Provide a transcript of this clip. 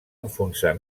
enfonsar